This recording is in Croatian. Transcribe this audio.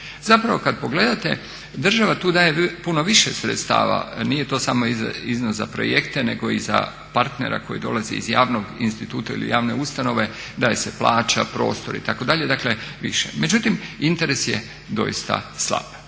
Zapravo kada pogledate država tu daje puno više sredstava, nije to samo iznos za projekte nego i za partnera koji dolazi iz javnog instituta ili javne ustanove, daje se plaća, prostor itd. dakle više. Međutim, interes je doista slab.